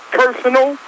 personal